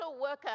worker